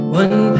one